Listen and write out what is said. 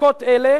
בדקות אלה